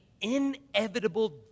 inevitable